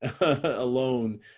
alone